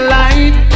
light